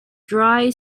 dry